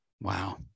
Wow